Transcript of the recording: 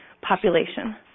population